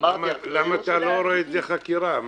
למה אתה רואה בזה חקירה?